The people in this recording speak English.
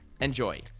Enjoy